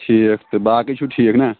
ٹھیٖک تہٕ باقی چھُو ٹھیٖک نا